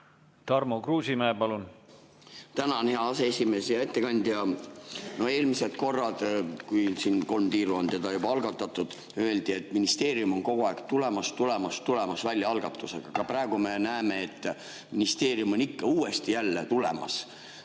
Tarmo Kruusimäe, palun!